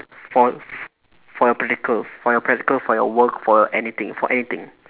for for your practical for your practical for your work for anything for anything